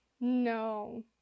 No